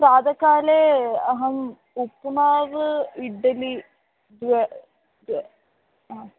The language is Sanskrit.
प्रातःकाले अहम् उपमाव् इड्डलि द्वे द्वे